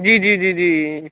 جی جی جی جی